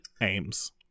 aims